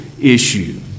issue